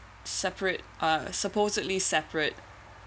separate uh supposedly separate